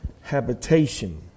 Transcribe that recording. habitation